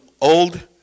old